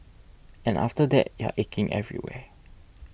and after that you're aching everywhere